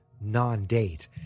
non-date